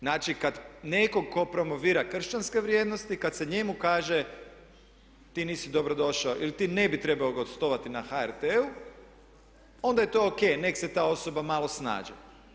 Znači kad netko tko promovira kršćanske vrijednosti kad se njemu kaže ti nisi dobrodošao ili ti ne bi trebao gostovati na HRT-u onda je to ok, nek' se ta osoba malo snađe.